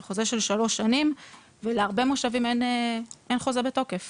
זה חוזה של שלוש שנים ולהרבה מושבים אין חוזה בתוקף